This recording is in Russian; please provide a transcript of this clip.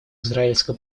израильско